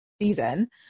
season